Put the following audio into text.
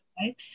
Right